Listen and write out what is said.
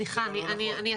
רגע אחד, סליחה, אני אסיים.